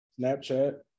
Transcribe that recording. Snapchat